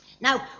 Now